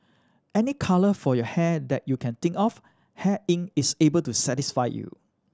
any colour for your hair that you can think of Hair Inc is able to satisfy you